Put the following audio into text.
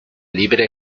libre